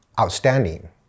outstanding